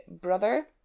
brother